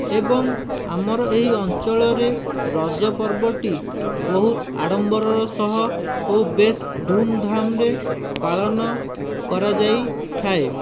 ଏବଂ ଆମର ଏହି ଅଞ୍ଚଳରେ ରଜ ପର୍ବଟି ବହୁତ ଆଡ଼ମ୍ବରର ସହ ଓ ବେଶ ଧୁମ୍ଧାମ୍ରେ ପାଳନ କରାଯାଇଥାଏ